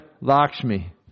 Lakshmi